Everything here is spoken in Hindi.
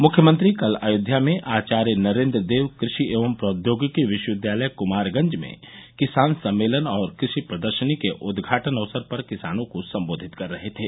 मुख्यमंत्री कल अयोध्या में आचार्य नरेन्द्र देव कृषि एवं प्रौद्योगिकी विश्वविद्यालय कुमारगंज में किसान सम्मेलन और कृषि प्रदर्शनी के उद्घाटन अवसर पर किसानों को सम्बोधित कर रहे थे